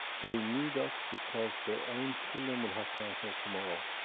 they need us, because their own children will have cancer tomorrow.